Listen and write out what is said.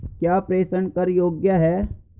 क्या प्रेषण कर योग्य हैं?